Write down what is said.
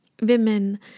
women